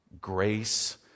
Grace